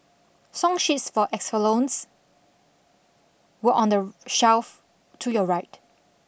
song sheets for were on the shelf to your right